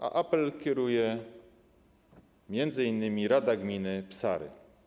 Apel kieruje m.in. Rada Gminy Psary.